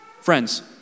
Friends